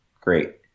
great